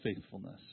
faithfulness